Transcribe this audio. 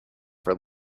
for